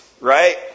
right